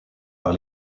par